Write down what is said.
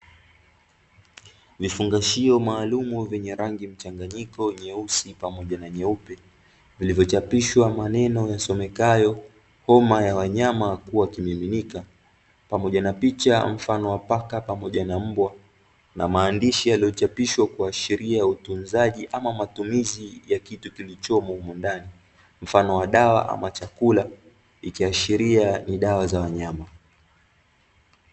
Vifungashio maalumu vyenye rangi mchanganyiko nyeusi pamoja na nyeupe vilivyochapishwa maneno yasomekayo "homa ya wanyama kuwa kimiminika". Pamoja na picha mfano wa paka pamoja na mbwa na maandishi yaliyochapishwa kuashiria utunzaji ama matumizi ya kitu kilichomo humo ndani, mfano wa dawa ama chakula ikiashiria ni dawa za wanyama.